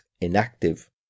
inactive